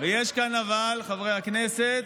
ויש כאן אבל, חברי הכנסת,